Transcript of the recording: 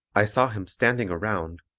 i saw him standing around,